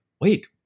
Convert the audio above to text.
wait